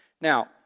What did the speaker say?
Now